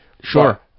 Sure